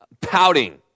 pouting